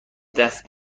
دست